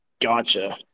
Gotcha